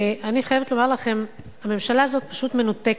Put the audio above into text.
אני חייבת לומר לכם, הממשלה הזאת פשוט מנותקת.